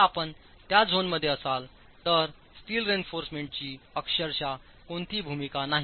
जर आपण त्या झोनमध्ये असाल तर स्टील रेइन्फॉर्समेंट ची अक्षरशः कोणतीही भूमिका नाही